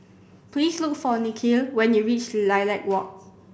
please look for Nikhil when you reach Lilac Walk